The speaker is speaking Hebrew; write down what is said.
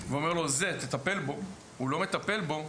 ואומר לו "זה תטפל בו" והוא לא מטפל בו,